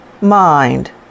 mind